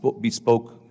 bespoke